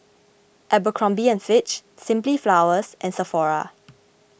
Abercrombie and Fitch Simply Flowers and Sephora